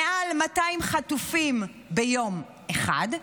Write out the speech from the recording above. מעל 200 חטופים ביום אחד,